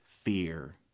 fear